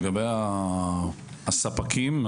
לגבי הספקים,